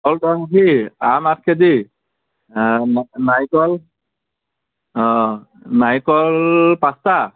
কল দহ আখি আম আঠ কেজি নাৰিকল নাৰিকল পাঁঁচটা